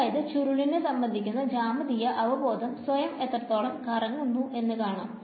അതായത് ചുരുളിനെ സംബന്ധിക്കുന്ന ജ്യാമിതീയത അവബോധം സ്വയം എത്രത്തോളം കറങ്ങുന്നു എന്നു കാണാം